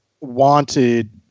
wanted